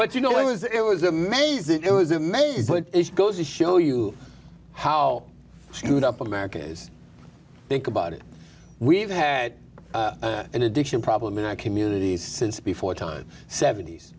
what you know what was it was amazing it was amazing goes to show you how screwed up america is think about it we've had an addiction problem in our community since before time seventies